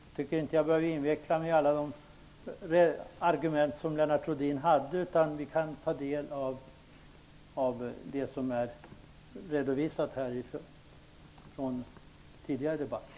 Jag tycker inte att jag behöver inveckla mig i alla de argument som Lennart Rohdin framförde, utan vi kan ta del av dem i hans redovisning i den tidigare debatten.